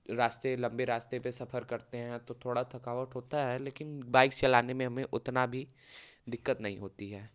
रास्ते लंबे रास्ते पे सफर करते हैं तो थोड़ा थकावट होता है लेकिन बाइक चलाने में हमें उतना भी दिक्कत नहीं होती है